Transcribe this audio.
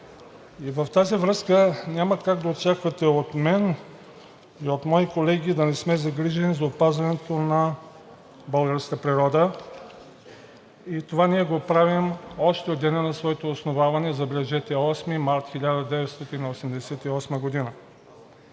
В тази връзка няма как да очаквате от мен и от мои колеги да не сме загрижени за опазването на българската природа – това го правим още от деня на своето основаване, забележете, 8 март 1988 г.